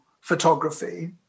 photography